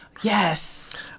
Yes